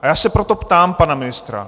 A já se proto ptám pana ministra.